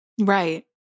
right